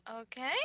Okay